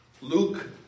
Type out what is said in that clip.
Luke